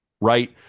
right